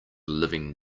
living